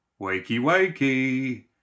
Wakey-wakey